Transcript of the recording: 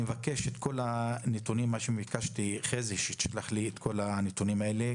אני מבקש שכל הנתונים שביקשתי יועברו אלינו,